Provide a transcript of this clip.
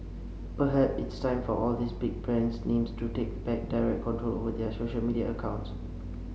perhaps it's time for all these big brand names to take back direct control over their social media accounts